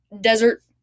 Desert